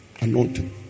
Anointing